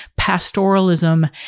pastoralism